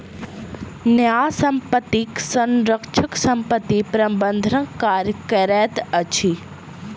न्यास संपत्तिक संरक्षक संपत्ति प्रबंधनक कार्य करैत अछि